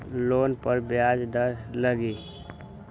Loan पर ब्याज दर लगी?